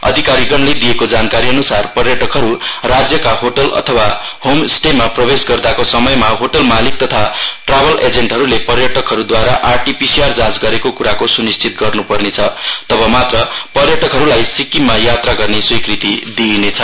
अधिकारीगणले दिएको जानकारीअन्सार पर्यटकहरू राज्यका होटल अथवा होमस्टेमा प्रवेश गर्दाको समयमा होटल मालिक तथा ट्राभल एजेन्टहरूले पर्यटकहरूदवारा R T P C R जाँच गरेको क्राको सुनिश्चित गर्नुपर्नेछ तब मात्र पर्यटकहरूलाई सिकिक्म्मा यात्रा गर्न स्वीकृति दिइनेछ